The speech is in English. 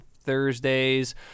Thursdays